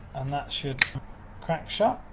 and that should crack shut.